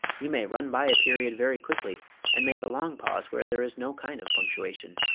you may run by a period very quickly and make a long pause where there is no kind of punctuation.